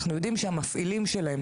אנחנו יודעים שהמפעילים שלהם,